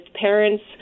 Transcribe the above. parents